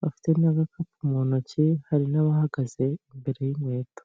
bafite n'agakapu mu ntoki, hari n'abahagaze imbere y'inkweto.